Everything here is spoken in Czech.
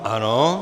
Ano.